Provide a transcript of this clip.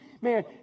Man